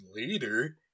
later